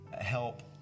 help